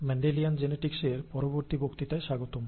Mendelian জেনেটিক্সের পরবর্তী বক্তৃতায় স্বাগতম